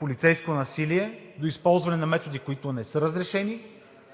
полицейско насилие, до използване на методи, които не са разрешени.